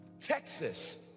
Texas